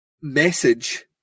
message